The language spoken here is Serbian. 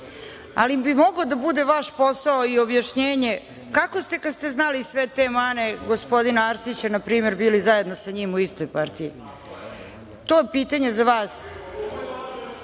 ali bi mogao da bude vaš posao i objašnjenje kako ste kada ste znali sve te mane gospodina Arsića na primer bili zajedno sa njim u istoj partiji. To pitanje za